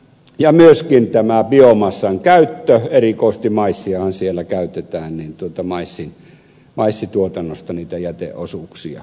ja myöskin biomassan käyttö erikoisesti maissiahan siellä käytetään maissituotannossa niitä jäteosuuksia